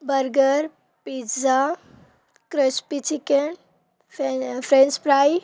burger pizza crispy chicken fry french fry